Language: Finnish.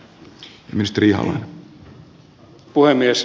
arvoisa puhemies